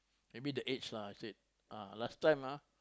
maybe the age lah I said ah last time ah